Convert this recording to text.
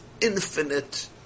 infinite